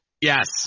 Yes